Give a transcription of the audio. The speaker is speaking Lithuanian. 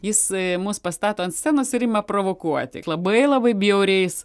jis mus pastato ant scenos ir ima provokuoti labai labai bjauriais